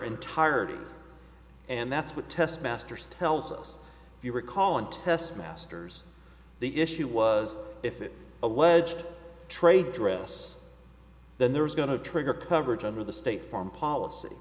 entirety and that's what test masters tells us if you recall and test masters the issue was if it alleged trade dress then there was going to trigger coverage under the state farm policy